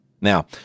Now